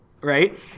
right